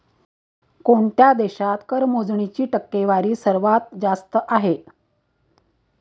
कोणत्या देशात कर मोजणीची टक्केवारी सर्वात जास्त आहे?